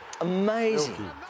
amazing